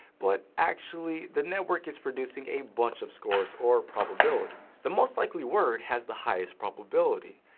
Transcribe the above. but actually the network is producing a bunch of scores or probabilities. the most likely word has the highest probability,